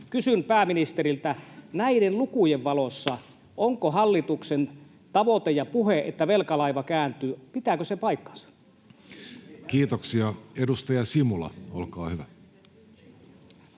Kysyn pääministeriltä, näiden lukujen valossa: pitävätkö hallituksen tavoite ja puhe, että velkalaiva kääntyy, paikkansa? Kiitoksia. — Edustaja Simula, olkaa hyvä.